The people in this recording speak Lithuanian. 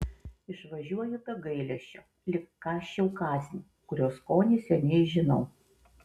išvažiuoju be gailesčio lyg kąsčiau kąsnį kurio skonį seniai žinau